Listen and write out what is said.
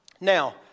Now